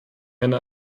eine